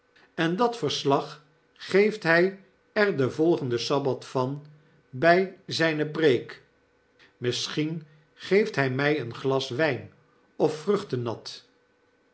en dat verslag geeft hij er den volgenden sabbat van bij zijne preek misschien geeft hij mij een glas wyn of vruchtennat en